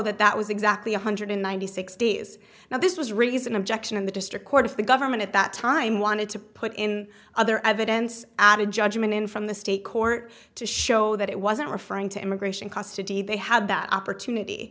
that that was exactly one hundred ninety six days now this was reason objection in the district court if the government at that time wanted to put in other evidence at a judgment in from the state court to show that it wasn't referring to immigration custody they had that opportunity